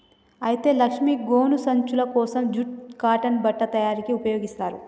అయితే లక్ష్మీ గోను సంచులు కోసం జూట్ కాటన్ బట్ట తయారీకి ఉపయోగిస్తారు